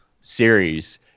series